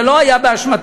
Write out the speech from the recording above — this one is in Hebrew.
זה לא היה באשמתנו,